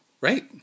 Right